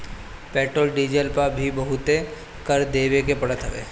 petrol diesel पअ भी बहुते कर देवे के पड़त हवे